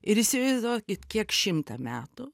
ir įsivaizduokit kiek šimtą metų